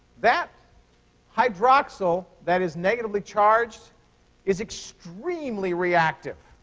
that hydroxyl that is negatively charged is extremely reactive.